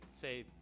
say